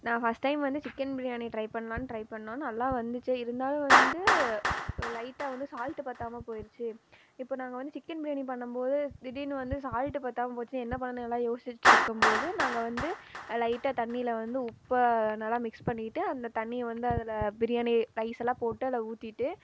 நான் first time வந்து chicken biryani try பண்ணலான்னு ட்ரை பண்ணிணோம் நல்லா வந்துச்சு இருந்தாலும் வந்து லைட்டாக வந்து சால்ட் பற்றாம போயிடுச்சு இப்போ நாங்கள் வந்து சிக்கன் பிரியாணி பண்ணும் போது திடீரென்னு வந்து சால்ட் பற்றாம போச்சு என்ன பண்ணுறது நல்லா யோசிச்சுட்டு இருக்கும் போது நாங்கள் வந்து லைட்டாக தண்ணியில் வந்து உப்பை நல்லா மிக்ஸ் பண்ணிக்கிட்டு அந்த தண்ணியை வந்து அதில் பிரியாணி ரைஸெலாம் போட்டு அதில் ஊற்றிட்டு